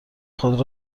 خود